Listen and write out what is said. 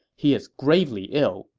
he is gravely ill.